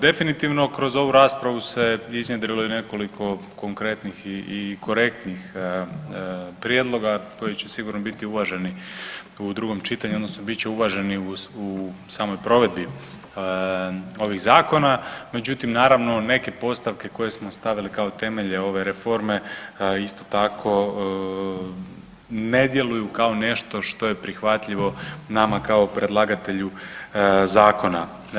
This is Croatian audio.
Definitivno kroz ovu raspravu se iznjedrilo i nekoliko konkretnih i korektnih prijedloga koji će sigurno biti uvaženi u drugom čitanju, odnosno bit će uvaženi u samoj provedbi ovih zakona, međutim, naravno, neke postavke koje smo stavili kao temelje ove reforme, isto tako, ne djeluju kao nešto što je prihvatljivo nama kao predlagatelju zakona.